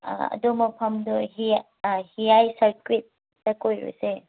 ꯑꯥ ꯑꯗꯨ ꯃꯐꯝꯗꯨ ꯍꯤꯌꯥꯏ ꯁꯥꯔꯀ꯭ꯋꯤꯠꯇ ꯀꯣꯏꯔꯨꯁꯦ